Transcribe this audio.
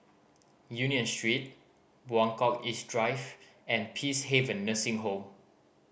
Union Street Buangkok East Drive and Peacehaven Nursing Home